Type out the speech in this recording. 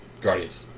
Guardians